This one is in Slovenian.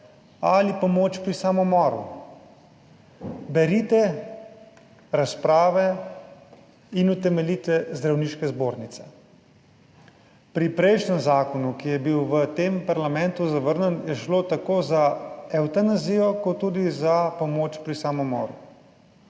ali pomoč pri samomoru. Berite razprave in utemeljitve zdravniške zbornice. Pri prejšnjem zakonu, ki je bil v tem parlamentu zavrnjen, je šlo tako za evtanazijo kot tudi za pomoč **42.